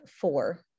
four